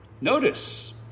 Notice